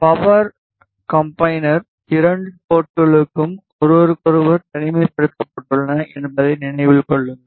power கம்பைனர்களின் 2 போர்ட்களும் ஒருவருக்கொருவர் தனிமைப்படுத்தப்பட்டுள்ளன என்பதை நினைவில் கொள்ளுங்கள்